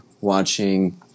watching